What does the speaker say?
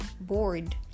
bored